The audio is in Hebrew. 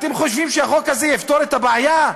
אתם חושבים שהחוק הזה יפתור את הבעיה?